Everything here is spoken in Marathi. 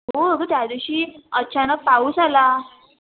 हो अगं त्या दिवशी अचानक पाऊस आला